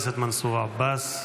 חבר הכנסת מנסור עבאס.